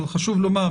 אבל חשוב לומר,